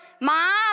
Mom